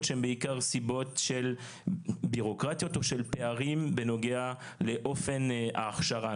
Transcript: שהן בעיקר סיבות של ביורוקרטיות או של פערים בנוגע לאופן ההכשרה.